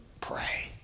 pray